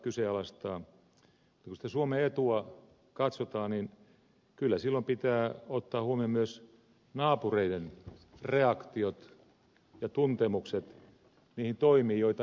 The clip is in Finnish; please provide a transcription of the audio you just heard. ja kun sitä suomen etua katsotaan niin kyllä silloin pitää ottaa huomioon myös naapureiden reaktiot ja tuntemukset niihin toimiin joita me teemme